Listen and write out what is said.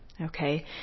Okay